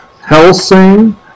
Helsing